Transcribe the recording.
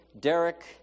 Derek